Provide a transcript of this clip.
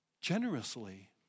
generously